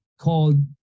called